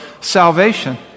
salvation